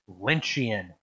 Lynchian